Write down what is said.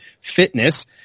fitness